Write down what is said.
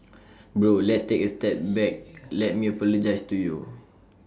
bro let's take A step back let me apologise to you